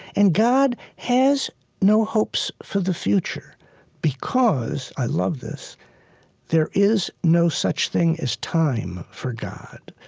and god has no hopes for the future because i love this there is no such thing as time, for god.